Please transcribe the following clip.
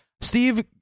Steve